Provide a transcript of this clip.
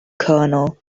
colonel